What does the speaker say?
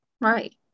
Right